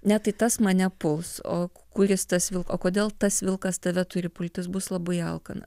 ne tai tas mane puls o kuris tas vilko o kodėl tas vilkas tave turi pulti jis bus labai alkanas